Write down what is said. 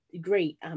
great